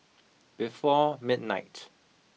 before midnight